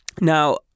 Now